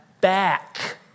back